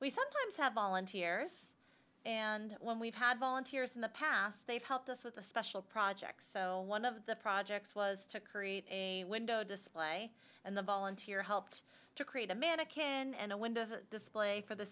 we sometimes have volunteers and when we've had volunteers in the past they've helped us with the special projects so one of the projects was to create a window display and the volunteer helped to create a mannequin and a window display for the